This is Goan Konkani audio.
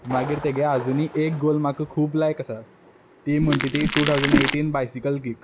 मागीर तेगे आजुनी एक गोल म्हाक खूब लायक आसा ती म्हणट ती two thousand eighteen bicycle kick